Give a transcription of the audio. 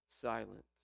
silent